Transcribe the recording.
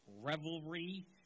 revelry